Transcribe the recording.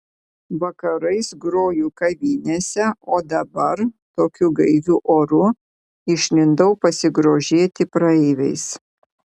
vakarais groju kavinėse o dabar tokiu gaiviu oru išlindau pasigrožėti praeiviais